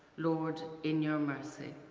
lord in your mercy,